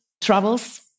travels